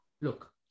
look